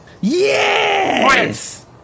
Yes